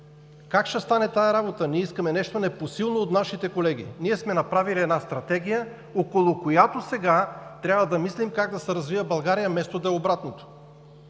Как ще стане тази работа?! Искаме нещо непосилно от нашите колеги. Направили сме стратегия, около която сега трябва да мислим как да се развива България, вместо да е обратното!